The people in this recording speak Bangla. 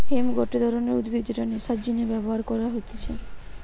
হেম্প গটে ধরণের উদ্ভিদ যেটা নেশার জিনে ব্যবহার কইরা হতিছে